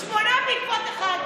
יש ספר "שמונה בעקבות אחד".